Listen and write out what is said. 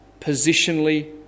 positionally